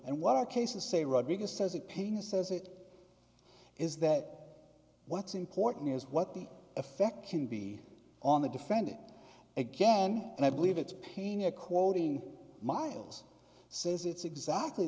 and what are cases say rodriguez says it paying says it is that what's important is what the effect can be on the defendant again and i believe it's pena quoting miles says it's exactly